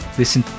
listen